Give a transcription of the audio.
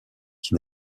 qui